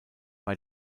bei